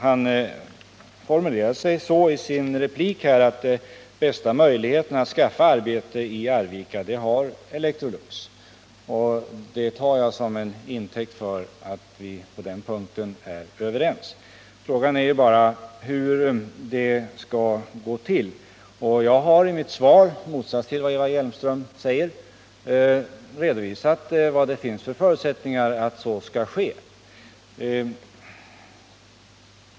Han formulerade det i sitt anförande så, att den bästa möjligheten att skapa arbete i Arvika har Electrolux. Det tar jag som en intäkt för att vi är överens på den punkten. Frågan är bara hur det skall gå till. Jag har i mitt svar — i motsats till vad Eva Hjelmström säger — redovisat vilka förutsättningar det finns för att så skall ske.